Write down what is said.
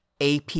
AP